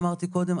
אמרתי קודם,